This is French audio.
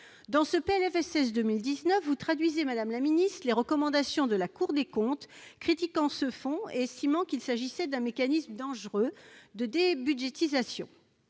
sociale pour 2019, vous traduisez, madame la ministre, les recommandations de la Cour des comptes. La Cour avait critiqué ce fonds, estimant qu'il s'agissait d'un mécanisme dangereux de débudgétisation.